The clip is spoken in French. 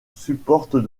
supporte